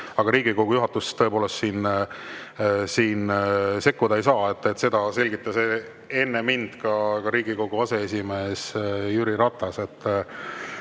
Riigikogu juhatus siin tõepoolest sekkuda ei saa. Seda selgitas enne mind ka Riigikogu aseesimees Jüri Ratas.